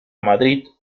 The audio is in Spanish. madrid